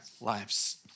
lives